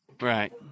Right